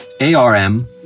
A-R-M